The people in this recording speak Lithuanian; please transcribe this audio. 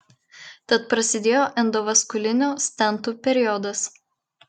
tad prasidėjo endovaskulinių stentų periodas